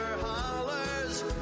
hollers